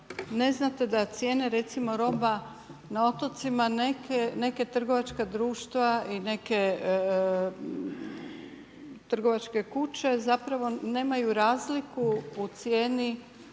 ne znate da cijene recimo roba na otocima neka trgovačka društva i neke trgovačke kuće zapravo nemaju razliku u cijeni